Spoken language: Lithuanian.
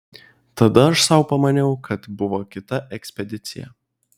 tada aš sau pamaniau kad buvo kita ekspedicija